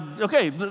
okay